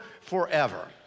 forever